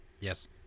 Yes